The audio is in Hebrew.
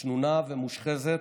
שנונה ומושחזת,